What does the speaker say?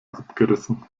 abgerissen